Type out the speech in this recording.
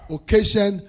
Occasion